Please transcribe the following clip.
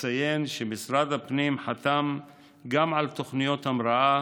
אציין שמשרד הפנים חתם על תוכניות המראה